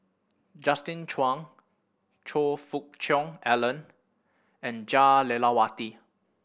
Justin Zhuang Choe Fook Cheong Alan and Jah Lelawati